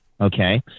Okay